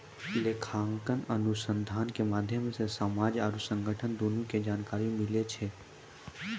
लेखांकन अनुसन्धान के माध्यम से समाज आरु संगठन दुनू के जानकारी मिलै छै